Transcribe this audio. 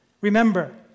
Remember